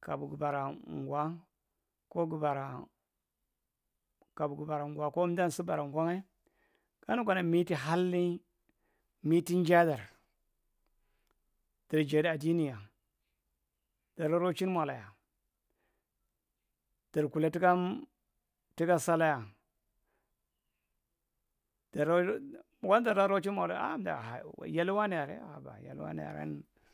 kabu gubara’ngwa’ngae ganu kana mitu halni mitu njaedar jerjadi adini’ya, dara rochin molaya dar kula tuka salaya dara yalwanae arrae haba yalwanae arraign.